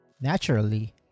naturally